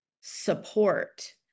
support